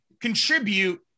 contribute